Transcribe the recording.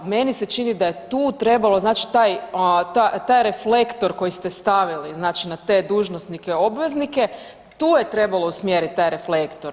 Meni se čini da je tu trebalo, znači taj, taj reflektor koji ste stavili znači na te dužnosnike obveznike tu je trebalo usmjerit taj reflektor.